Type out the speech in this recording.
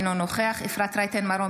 אינו נוכח אפרת רייטן מרום,